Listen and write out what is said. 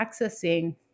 accessing